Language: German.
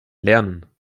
lernen